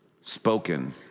spoken